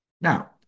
Now